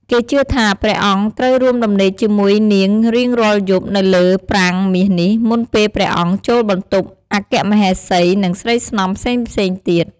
គេជឿថា ព្រះអង្គត្រូវរួមដំណេកជាមួយនាងរៀងរាល់យប់នៅលើប្រាង្គមាសនេះ មុនពេលព្រះអង្គចូលបន្ទប់អគ្គមហេសី និងស្រីស្នំផ្សេងៗទៀត។